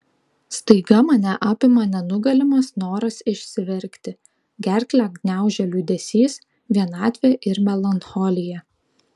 staiga mane apima nenugalimas noras išsiverkti gerklę gniaužia liūdesys vienatvė ir melancholija